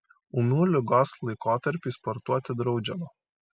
ūmiu ligos laikotarpiui sportuoti draudžiama